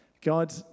God